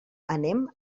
anem